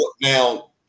now